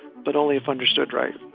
but only if understood, right?